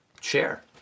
share